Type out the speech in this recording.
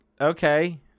Okay